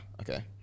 okay